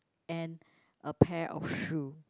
and a pair of shoe